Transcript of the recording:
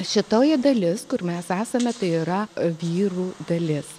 šitoji dalis kur mes esame tai yra vyrų dalis